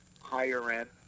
higher-end